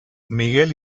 miguel